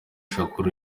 shakur